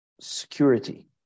security